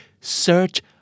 Search